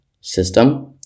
system